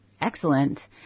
Excellent